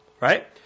right